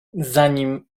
zanim